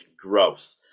growth